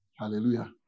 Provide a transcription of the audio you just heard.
Hallelujah